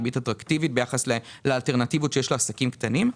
ריבית אטרקטיבית ביחס לאלטרנטיבות שיש לעסקים קטנים.